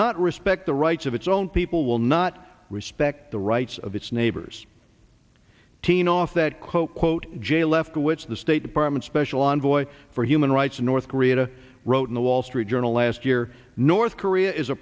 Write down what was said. not respect the rights of its own people will not respect the rights of its neighbors teen off that quote unquote jay lefkowitz the state department's special envoy for human rights in north korea wrote in the wall street journal last year north korea is a